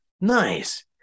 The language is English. Nice